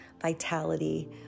vitality